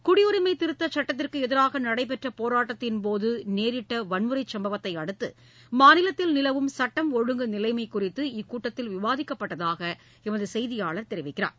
குடியுரிமை திருத்தச் சுட்டத்திற்கு எதிராக நடைபெற்ற போராட்டத்தின் போது நேரிட்ட வன்முறைச் சம்பவத்தை அடுத்து மாநிலத்தில் நிலவும் சுட்டம் ஒழுங்கு நிலைமை குறித்து இக்கூட்டத்தில் விவாதிக்கப்பட்டதாக எமது செய்தியாளர் தெரிவிக்கிறார்